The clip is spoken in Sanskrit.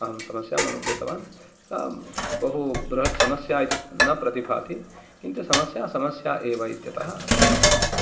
अहं समस्याम् अनुभूतवान् बहु बृहत् समस्या इति न प्रतिभाति किन्तु समस्या समस्या एव इत्यतः वदामि